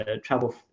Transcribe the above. travel